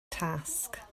task